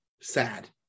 sad